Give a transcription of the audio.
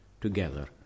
together